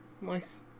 Nice